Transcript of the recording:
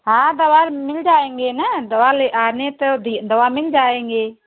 हाँ दवा मिल जाएँगी ना दवा ले आने तो दी दवा मिल जाएँगी